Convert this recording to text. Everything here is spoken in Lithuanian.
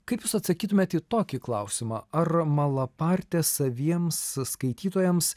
kaip jūs atsakytumėt į tokį klausimą ar malapartė saviems skaitytojams